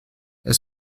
est